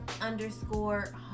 underscore